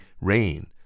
rain